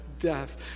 death